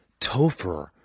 Topher